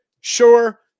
sure